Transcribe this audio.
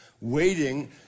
Waiting